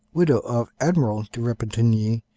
widow of admiral de repentigny,